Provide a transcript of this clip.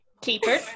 Keeper